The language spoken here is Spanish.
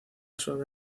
suave